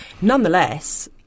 Nonetheless